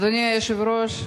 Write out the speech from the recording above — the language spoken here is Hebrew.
אדוני היושב-ראש,